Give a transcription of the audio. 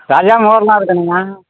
கல்யாண முகூர்த்தமாக இருக்கணுங்க